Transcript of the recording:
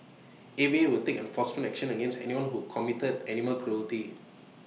A V A will take enforcement action against anyone who committed animal cruelty